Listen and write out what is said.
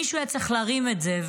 ומישהו היה צריך להרים את זה,